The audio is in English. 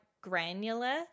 granular